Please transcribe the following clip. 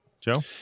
Joe